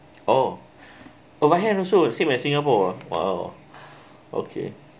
oh also same as singapore uh !wow! okay